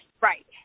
Right